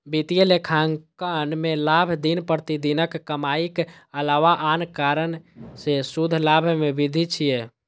वित्तीय लेखांकन मे लाभ दिन प्रतिदिनक कमाइक अलावा आन कारण सं शुद्ध लाभ मे वृद्धि छियै